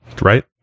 right